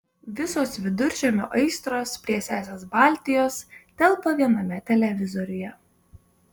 visos viduržemio aistros prie sesės baltijos telpa viename televizoriuje